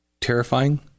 Terrifying